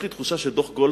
יש לי תחושה שדוח גולדסטון,